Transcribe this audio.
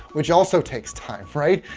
which also takes time, right?